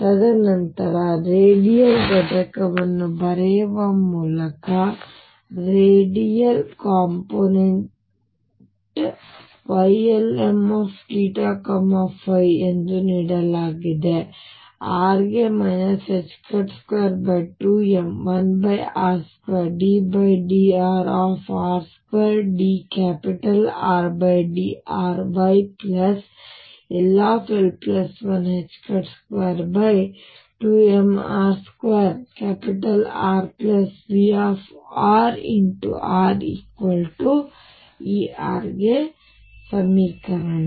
ತದನಂತರ ರೇಡಿಯಲ್ ಘಟಕವನ್ನು ಬರೆಯುವ ಮೂಲಕ ರೇಡಿಯಲ್ ಕಾಂಪೊನೆಂಟ್ ಬಾರಿ Ylmθϕ ಎಂದು ನೀಡಲಾಗಿದೆ r ಗೆ 22m1r2ddrr2dRdrYll122mr2RVrRER ಗೆ ಸಮೀಕರಣ